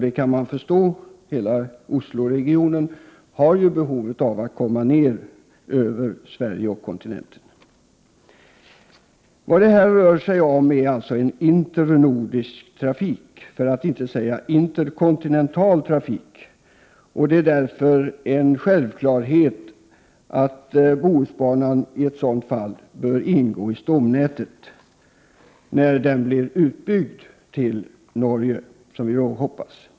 Det kan man förstå; hela Osloregionen har behov av att komma ner till Sverige och kontinenten. Det rör sig alltså här om internordisk trafik, för att inte säga interkontinental trafik, och det är därför en självklarhet att Bohusbanan bör ingå i stomnätet när den blir utbyggd till Norge, som vi hoppas.